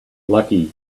lucky